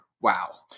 wow